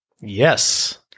yes